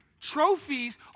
Trophies